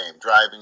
driving